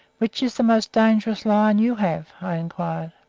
which is the most dangerous lion you have? i inquired.